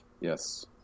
Yes